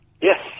yes